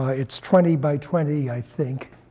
ah it's twenty by twenty, i think.